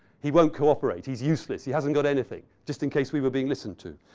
he won't cooperate. he's useless. he hasn't got anything. just in case we were being listened to.